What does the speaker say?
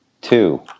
two